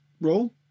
roll